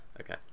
Okay